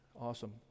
Awesome